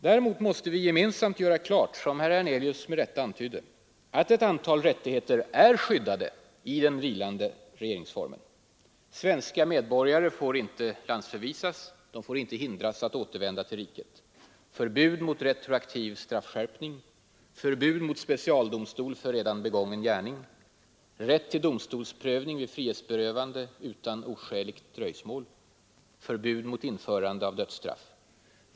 Däremot måste vi gemensamt göra klart — som herr Hernelius antydde — att ett antal rättigheter är skyddade i den vilande regeringsformen. Svensk medborgare får inte landsförvisas och inte hindras att återvända till riket. Förbud mot retroaktiv straffskärpning. Förbud mot specialdomstol för redan begången gärning. Rätt till domstolsprövning vid frihetsberövande utan oskäligt dröjsmål. Förbud mot införande av dödsstraff.